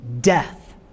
death